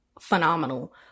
phenomenal